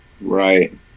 Right